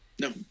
no